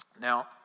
Now